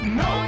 no